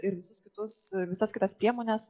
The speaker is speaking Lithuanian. ir visus kitus visas kitas priemones